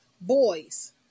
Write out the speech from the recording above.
boys